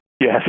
Yes